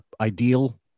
ideal